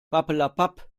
papperlapapp